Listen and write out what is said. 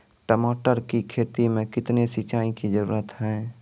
टमाटर की खेती मे कितने सिंचाई की जरूरत हैं?